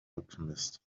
alchemist